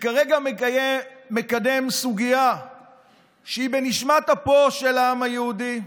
שכרגע מקדם סוגיה שהיא בנשמת אפו של העם היהודי,